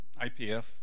IPF